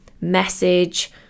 message